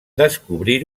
descobrir